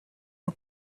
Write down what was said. how